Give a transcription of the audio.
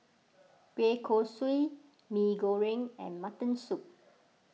Kueh Kosui Mee Goreng and Mutton Soup